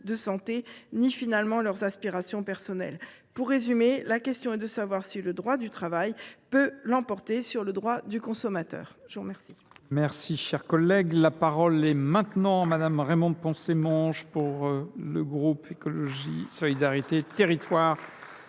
de santé, ni, finalement, leurs aspirations personnelles. Pour résumer, la question est de savoir si le droit du travail peut l’emporter sur le droit du consommateur. La parole